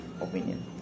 opinion